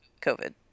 COVID